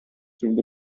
through